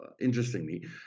interestingly